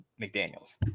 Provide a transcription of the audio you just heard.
McDaniels